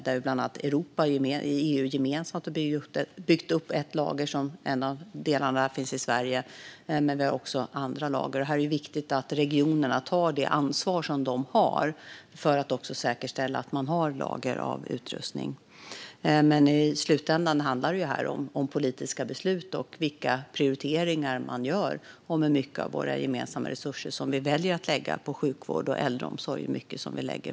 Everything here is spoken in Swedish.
EU har gemensamt byggt upp lager, och en del av det finns i Sverige. Vi har också andra lager, och här är det viktigt att regionerna tar sitt ansvar för att säkerställa att de har utrustning i lager. I slutändan handlar det om politiska beslut och vilka prioriteringar man väljer att göra avseende hur mycket av våra gemensamma resurser som ska läggas på sjukvård och äldreomsorg respektive annat.